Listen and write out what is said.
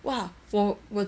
!wah! for 我